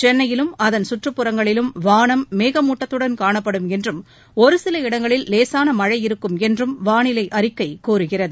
சென்னையிலும் அதன் சுற்றுப்புறப்பகுதிகளிலும் வானம் மேகமூட்டத்துடன் காணப்படும் என்றும் ஒரு சில இடங்களில் லேசான மழை இருக்கும் என்று வானிலை அறிக்கை கூறுகிறது